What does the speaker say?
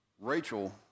Rachel